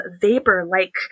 vapor-like